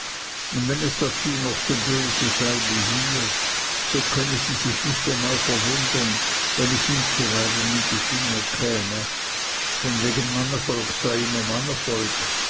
und wenn es dazu noch so böse sei wie hier so könne sie sich nicht einmal verwundern wenn es ihm zuweilen in die finger käme von wegen mannevolk sei immer